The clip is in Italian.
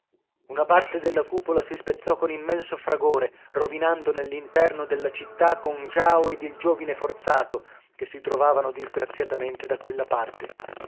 una parte della cupola si spezzò con immenso fragore rovinando nell'interno della città con jao ed il giovine forzato che si trovavano disgraziatamente da quella parte